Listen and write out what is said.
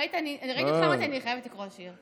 ראיתי אותך, אמרתי: אני חייבת לקרוא שיר.